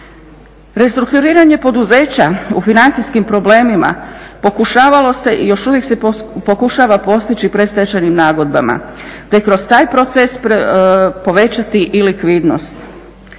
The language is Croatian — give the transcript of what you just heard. Restrukturiranje poduzeća u financijskim problemima pokušavalo se i još uvijek se pokušava postići predstečajnim nagodbama, te kroz taj proces povećati i likvidnost.